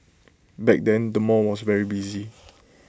back then the mall was very busy